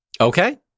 Okay